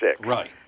Right